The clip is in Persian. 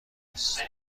است